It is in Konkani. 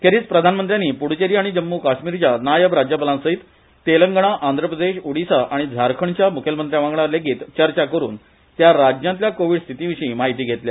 खेरीज प्रधानमंत्र्यानी पुड़ुचेरी आनी जम्मू काश्मिरच्या नायब राज्यपालांसयत तेलंगणा आंध्रप्रदेश उडिशा आनी झारखंडच्या म्खेलमंत्र्यांवांगडा लेगीत चर्चा करून त्या राज्यांतल्या कोविड स्थितीविशी म्हायती घेतल्या